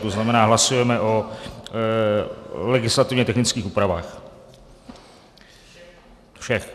To znamená, hlasujeme o legislativně technických úpravách, všech.